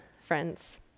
friends